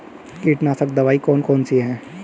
कीटनाशक दवाई कौन कौन सी हैं?